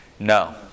No